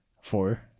Four